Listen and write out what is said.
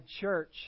church